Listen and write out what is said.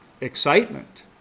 excitement